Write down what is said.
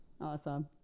Awesome